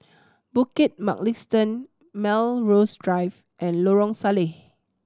Bukit Mugliston Melrose Drive and Lorong Salleh